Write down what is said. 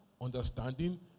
understanding